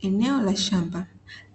Eneo la shamba